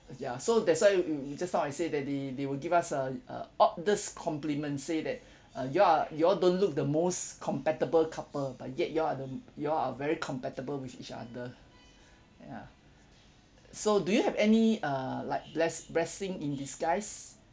ya so that's why we we just now I say that they they will give us a uh oddest compliment say that uh you all are you all don't look the most compatible couple but yet you all are the you all are very compatible with each other ya so do you have any err like bless blessing in disguise